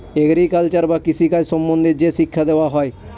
agriculture বা কৃষি কাজ সম্বন্ধে যে শিক্ষা দেওয়া হয়